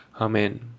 Amen